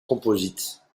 composites